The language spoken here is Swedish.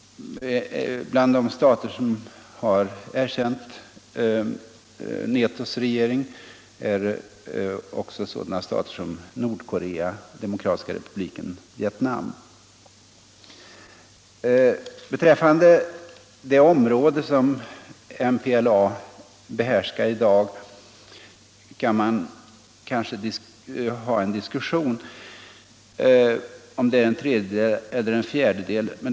Bland de stater som erkänt Netos regering är också sådana stater som Nordkorea och Demokratiska republiken i Vietnam. Beträffande det område som MPLA i dag behärskar kan man kanske 49 ha en diskussion om det gäller en tredjedel eller en fjärdedel eller mycket mera.